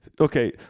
okay